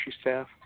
staff